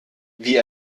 wie